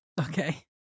Okay